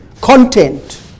content